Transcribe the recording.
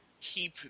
keep